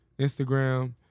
Instagram